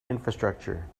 infrastructure